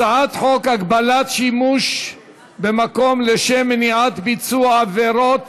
הצעת חוק הגבלת שימוש במקום לשם מניעת ביצוע עבירות